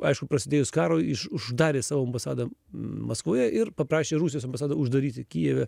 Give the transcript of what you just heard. aišku prasidėjus karui iš uždarė savo ambasadą maskvoje ir paprašė rusijos ambasadą uždaryti kijeve